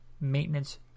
maintenance